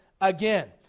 again